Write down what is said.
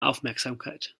aufmerksamkeit